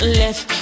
left